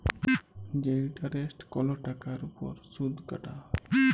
যে ইলটারেস্ট কল টাকার উপর সুদ কাটা হ্যয়